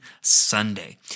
Sunday